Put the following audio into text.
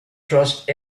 trust